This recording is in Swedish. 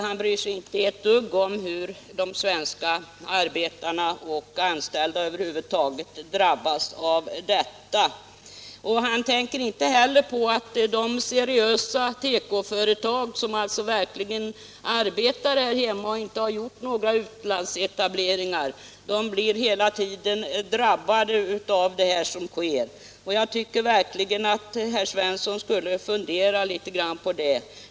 Han bryr sig inte ett dugg om hur de svenska arbetarna och de anställda över huvud taget drabbas av detta. Han tänker inte heller på att de seriösa tekoföretag som verkligen arbetar här hemma och inte har gjort några utlandsetableringar hela tiden blir drabbade av vad som sker. Jag tycker verkligen att herr Svensson borde fundera litet på det.